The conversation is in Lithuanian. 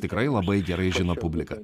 tikrai labai gerai žino publika